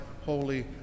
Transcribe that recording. holy